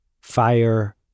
Fire